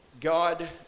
God